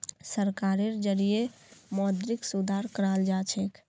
सरकारेर जरिएं मौद्रिक सुधार कराल जाछेक